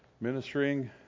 ministering